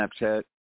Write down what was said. Snapchat